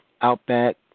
Outback